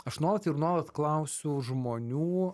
aš nuolat ir nuolat klausiu žmonių